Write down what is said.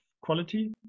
quality